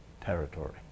territory